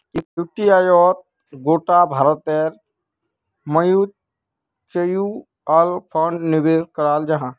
युटीआईत गोटा भारतेर म्यूच्यूअल फण्ड निवेश कराल जाहा